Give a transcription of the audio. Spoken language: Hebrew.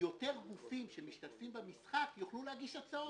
יותר גופים שמשתתפים במשחק יוכלו להגיש הצעות.